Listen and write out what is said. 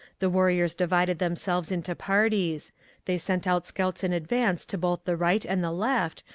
the warriors divided themselves into parties they sent out scouts in advance to both the right and the left,